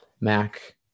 Mac